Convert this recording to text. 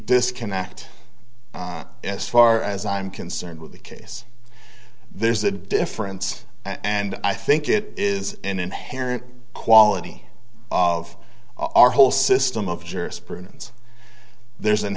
disconnect as far as i'm concerned with the case there's a difference and i think it is an inherent quality of our whole system of